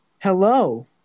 Hello